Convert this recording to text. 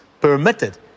permitted